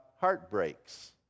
heartbreaks